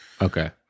Okay